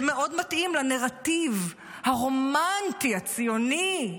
זה מאוד מתאים לנרטיב הרומנטי, הציוני,